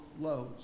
lows